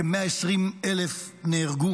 כ-120,000 נהרגו